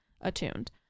attuned